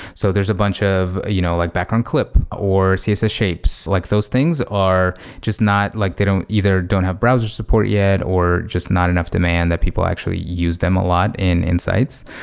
so there's a bunch of you know like back um clip or css shapes. like those things are just not like they don't either don't have browser support yet or just not enough demand that people actually use them a lot in in sites.